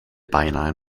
beinahe